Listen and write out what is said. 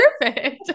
perfect